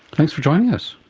thanks for joining us.